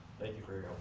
thank you for